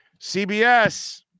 CBS